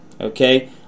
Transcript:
Okay